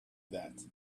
that